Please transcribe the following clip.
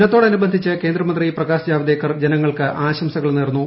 ദിനത്തോട് അനുബന്ധിച്ച് കേന്ദ്രമന്ത്രി പ്രകാശ് ജാപ്ദേക്കർ ജനങ്ങൾക്ക് ആശംസകൾ നേർന്നു